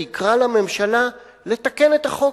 ויקרא לממשלה לתקן את החוק.